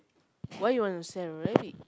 why you want to sell your rabbit